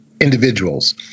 individuals